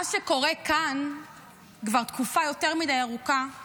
מה שקורה כאן כבר תקופה יותר מדי ארוכה הוא